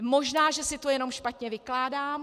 Možná že si to jenom špatně vykládám.